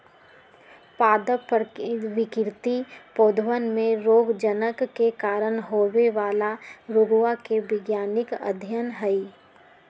पादप विकृति पौधवन में रोगजनक के कारण होवे वाला रोगवा के वैज्ञानिक अध्ययन हई